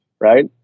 right